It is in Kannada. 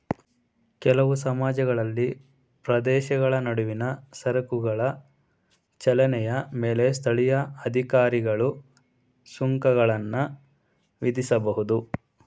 ಕೆಲವು ಸಮಾಜಗಳಲ್ಲಿ ಪ್ರದೇಶಗಳ ನಡುವಿನ ಸರಕುಗಳ ಚಲನೆಯ ಮೇಲೆ ಸ್ಥಳೀಯ ಅಧಿಕಾರಿಗಳು ಸುಂಕಗಳನ್ನ ವಿಧಿಸಬಹುದು